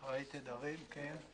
אחראי תדרים, כן.